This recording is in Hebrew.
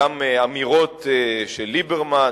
גם אמירות של ליברמן,